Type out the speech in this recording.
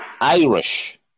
Irish